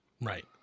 Right